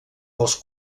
als